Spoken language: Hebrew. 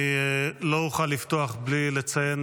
אני לא אוכל לפתוח בלי לציין,